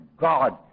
God